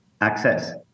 access